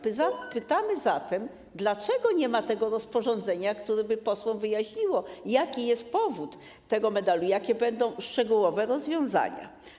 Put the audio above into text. Pytamy zatem, dlaczego nie ma tego rozporządzenia, które by posłom wyjaśniło, jaki jest powód tego medalu, jakie będą szczegółowe rozwiązania.